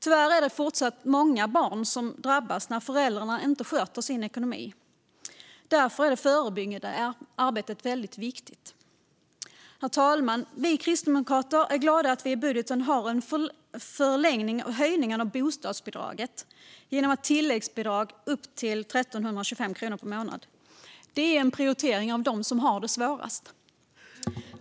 Tyvärr är det fortsatt många barn som drabbas när föräldrarna inte sköter sin ekonomi. Därför är det förebyggande arbetet väldigt viktigt. Herr talman! Vi kristdemokrater är glada att vi i budgeten har en förlängning av höjningen av bostadsbidraget genom ett tilläggsbidrag på upp till 1 325 kronor per månad. Det är en prioritering av dem som har det svårast.